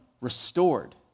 restored